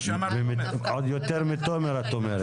עוד יותר מתומר, את אומרת.